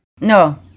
No